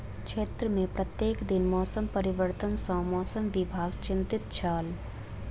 क्षेत्र में प्रत्येक दिन मौसम परिवर्तन सॅ मौसम विभाग चिंतित छल